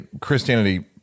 Christianity